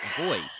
voice